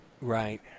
Right